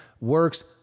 works